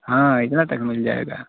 हाँ इतना तक मिल जाएगा